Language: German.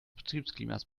betriebsklimas